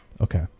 Okay